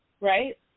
Right